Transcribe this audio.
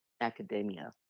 academia